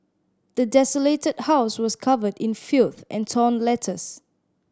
the desolated house was covered in filth and torn letters